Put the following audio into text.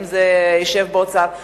האם זה ישב באוצר,